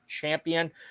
champion